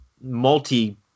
multi